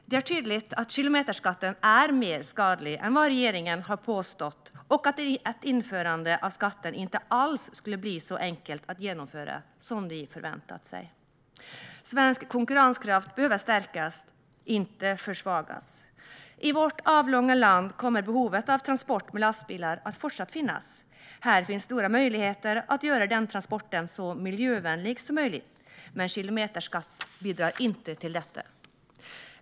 Det är tydligt att kilometerskatten är mer skadlig än vad regeringen har påstått och att ett införande av skatten inte alls skulle bli så enkelt att genomföra som man förväntat sig. Svensk konkurrenskraft behöver stärkas, inte försvagas. I vårt avlånga land kommer behovet av transport med lastbilar att finnas även fortsättningsvis. Det finns stora möjligheter att göra den transporten så miljövänlig som möjligt, men kilometerskatt bidrar inte till detta.